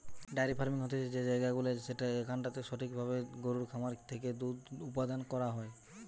diary farming হতিছে সেই জায়গাগুলা যেখানটাতে সঠিক ভাবে গরুর খামার থেকে দুধ উপাদান করা হয়